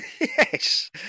Yes